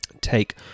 take